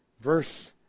verse